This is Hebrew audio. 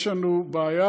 יש לנו בעיה: